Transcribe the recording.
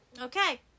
okay